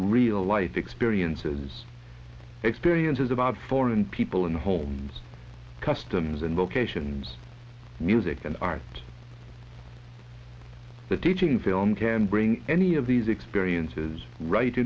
real life experiences experiences about foreign people and homes customs and locations music and art the teaching film can bring any of these experiences right